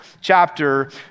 chapter